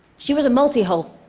she was a multihull.